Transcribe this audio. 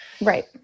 right